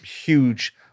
huge